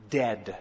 dead